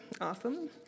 Awesome